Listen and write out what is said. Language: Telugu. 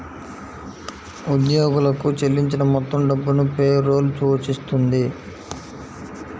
ఉద్యోగులకు చెల్లించిన మొత్తం డబ్బును పే రోల్ సూచిస్తుంది